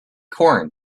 corn